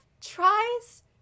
tries